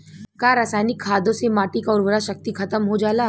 का रसायनिक खादों से माटी क उर्वरा शक्ति खतम हो जाला?